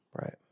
Right